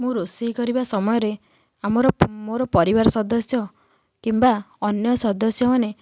ମୁଁ ରୋଷେଇ କରିବା ସମୟରେ ଆମର ମୋର ପରିବାର ସଦସ୍ୟ କିମ୍ବା ଅନ୍ୟ ସଦସ୍ୟମାନେ